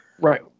Right